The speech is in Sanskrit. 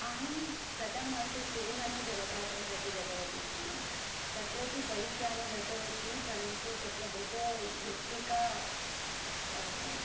अहं गतमासे सिरिमने जलपातं प्रति गतवती स्म तत्र तु बैक्याने गतवती परन्तु तत्र बहु मृत्तिका अस्